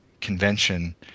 convention